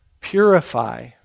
purify